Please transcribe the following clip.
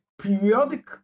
periodic